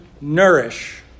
nourish